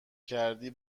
کردی